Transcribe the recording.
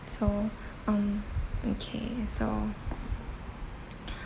so um okay so